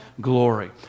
glory